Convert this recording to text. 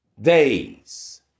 Days